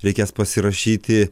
reikės pasirašyti